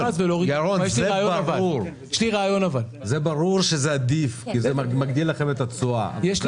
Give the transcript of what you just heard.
--- זה ברור שזה עדיף כי זה מגדיל לכם את התשואה,